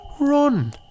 run